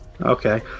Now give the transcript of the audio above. okay